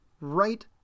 right